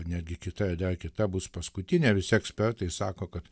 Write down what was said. netgi kita ir dar kita bus paskutinė visi ekspertai sako kad